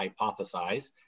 hypothesize